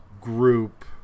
group